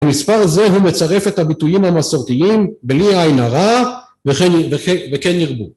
המספר הזה הוא מצרף את הביטויים המסורתיים בלי עין הרע וכן וכן ירבו